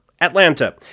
Atlanta